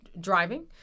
driving